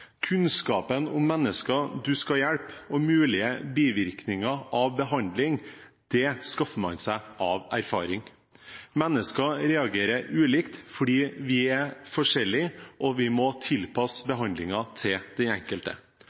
Kunnskapen om mennesker man skal hjelpe, og mulige bivirkninger av behandling, skaffer man seg av erfaring. Mennesker reagerer ulikt fordi vi er forskjellige, og vi må tilpasse behandlingen til den enkelte.